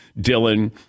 Dylan